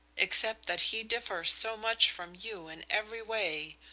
except that he differs so much from you in every way,